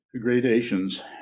Gradations